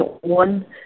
one